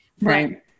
Right